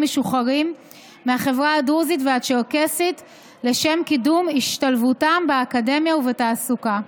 משוחררים מהחברה הדרוזית והצ'רקסית לשם קידום השתלבותם באקדמיה ובתעסוקה.